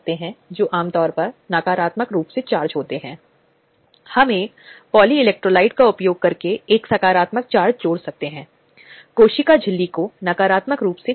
इसलिए शिकायतकर्ता और महिला को अधिकारों के लिए खड़े होना और इसे बहुत ही संरचित और स्पष्ट तरीके से स्थापित करना बहुत महत्वपूर्ण है